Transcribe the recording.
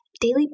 daily